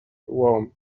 warm